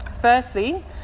Firstly